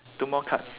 two more cards